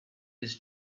his